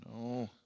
No